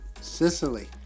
Sicily